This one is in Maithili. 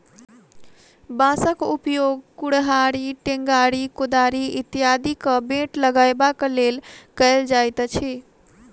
बाँसक उपयोग कुड़हड़ि, टेंगारी, कोदारि इत्यादिक बेंट लगयबाक लेल कयल जाइत अछि